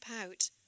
out